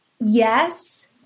yes